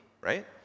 right